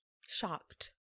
Shocked